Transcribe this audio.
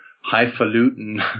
highfalutin